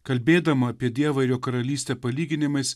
kalbėdama apie dievą ir jo karalystę palyginimais